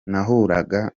nahuraga